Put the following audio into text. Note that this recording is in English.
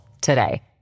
today